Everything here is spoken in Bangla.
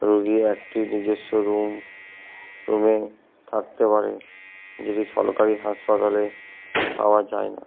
রুগি একটি নিজেস্ব রুম রুমে থাকতে পারে যেটি সরকারি হাসপাতালে পাওয়া যায় না